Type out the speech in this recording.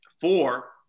four